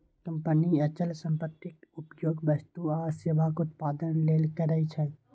company अचल संपत्तिक उपयोग वस्तु आ सेवाक उत्पादन लेल करै छै